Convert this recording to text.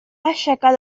aixecar